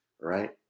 right